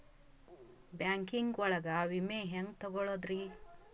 Banking ಒಳಗ ವಿಮೆ ಹೆಂಗ್ ತೊಗೊಳೋದ್ರಿ?